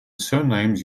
surnames